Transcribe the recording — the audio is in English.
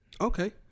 okay